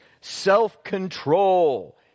self-control